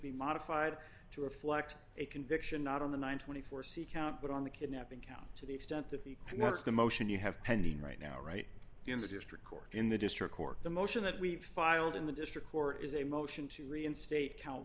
be modified to reflect a conviction not on the one hundred and twenty four c count but on the kidnapping count to the extent that the and that's the motion you have pending right now right in the district court in the district court the motion that we filed in the district court is a motion to reinstate count